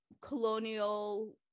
colonial-